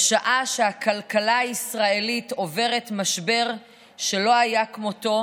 בשעה שהכלכלה הישראלית עוברת משבר שלא היה כמותו,